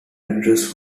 address